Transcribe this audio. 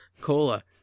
Cola